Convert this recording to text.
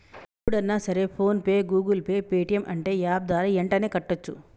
ఎప్పుడన్నా సరే PhonePe Google Pay Paytm అంటే యాప్ ద్వారా యెంటనే కట్టోచ్చు